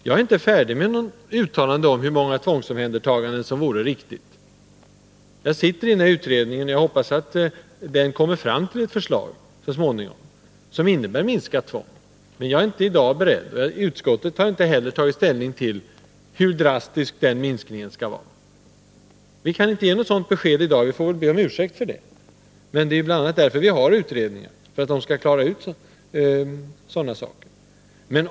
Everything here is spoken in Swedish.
Jag är inte färdig med något uttalande om hur många tvångsomhändertaganden som vore det riktiga antalet. Jag sitter med i utredningen, vilken jag hoppas så småningom skall komma fram till ett förslag som innebär minskat tvång. Jag är inte i dag beredd att säga — och utskottet har inte heller tagit ställning till den frågan — hur drastisk den minskningen skall vara. Vi kan därför inte ge något sådant besked i dag — vi får väl be om ursäkt för det — men det är bl.a. därför vi har utredningar, för att klara ut sådana saker.